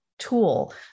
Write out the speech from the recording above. Tool